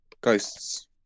ghosts